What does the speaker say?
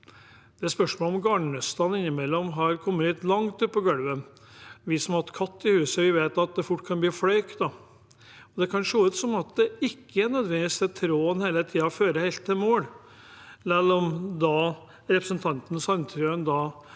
Det er et spørsmål om garnnøstene innimellom har kommet litt langt utpå gulvet. Vi som har hatt katt i huset, vet at det fort kan bli floke da. Det kan se ut som at tråden ikke nødvendigvis hele tida fører helt til mål. Selv om representanten Sandtrøen